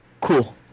Cool